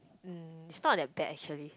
um it's not that bad actually